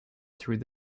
through